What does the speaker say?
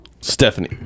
Stephanie